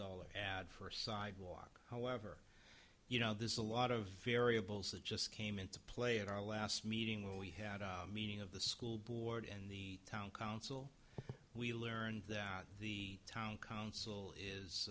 dollars ad for a sidewalk however you know there's a lot of variables that just came into play at our last meeting when we had a meeting of the school board and the town council we learned that the town